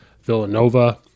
Villanova